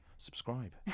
Subscribe